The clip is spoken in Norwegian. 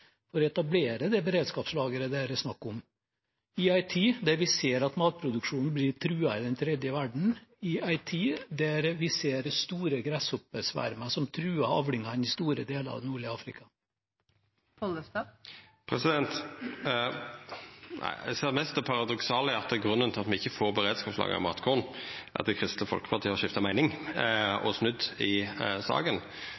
for å etablere det beredskapslageret det er snakk om – i en tid der vi ser at matproduksjonen i den tredje verden er truet, i en tid der vi ser store gresshoppesvermer true avlingene i store deler av det nordlige Afrika? Eg ser mest det paradoksale i at grunnen til at me ikkje får eit beredskapslager av matkorn, er at Kristeleg Folkeparti har skifta meining